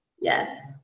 Yes